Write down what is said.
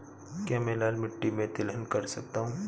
क्या मैं लाल मिट्टी में तिलहन कर सकता हूँ?